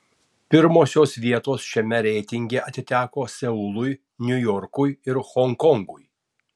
pirmosios vietos šiame reitinge atiteko seului niujorkui ir honkongui